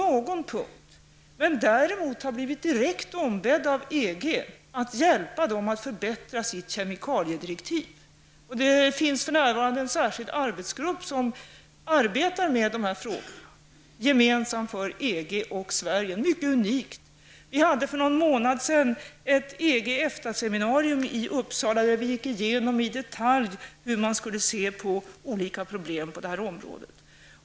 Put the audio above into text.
Vi har däremot blivit direkt ombedda av EG att hjälpa dem att förbättra sitt kemikaliedirektiv. En särskild arbetsgrupp arbetar för närvarande med dessa frågor. Arbetsgruppen är gemensam för EG och Sverige. Det är mycket unikt. För någon månad sedan hade vi ett EG--EFTA seminarium. Vi gick där i detalj igenom hur man skulle se på olika problem på detta område.